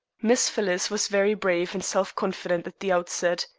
miss phyllis was very brave and self-confident at the outset.